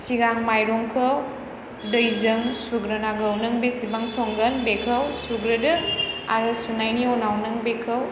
सिगां माइरंखौ दैजों सुग्रोनांगौ नों बेसेबां संगोन बेखौ सुग्रोदो आरो सुनायनि उनाव नों बेखौ